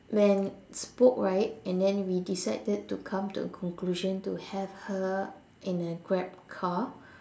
then spoke right and then we decided to come to a conclusion to have her in a Grab car